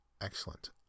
excellent